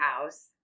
house